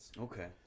Okay